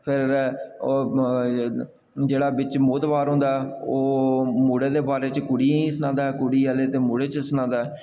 ते फिर ओह् जेह्ड़ा बिच्च मोह्तबर होंदा ऐ ओह् मुड़े दे बारे च कुड़ी आह्ले गी सनांदा ऐ ते कुड़ी आह्लें गी मुड़े बिच्च सनांदा ऐ